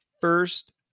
first